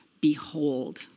behold